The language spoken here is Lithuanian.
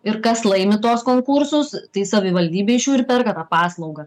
ir kas laimi tuos konkursus tai savivaldybė iš jų ir perka tą paslaugą